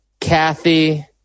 Kathy